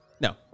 no